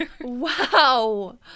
Wow